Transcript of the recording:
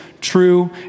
true